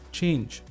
change